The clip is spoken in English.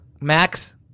Max